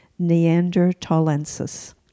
neanderthalensis